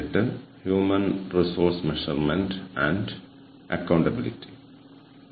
strategic human resource മാനേജ്മെന്റിനെ കുറിച്ചാണ് നമ്മൾ സംസാരിച്ചുകൊണ്ടിരിക്കുന്നത്